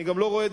אני גם לא רואה,